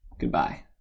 goodbye